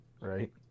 right